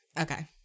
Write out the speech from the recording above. Okay